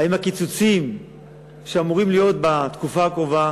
האם הקיצוצים שאמורים להיות בתקופה הקרובה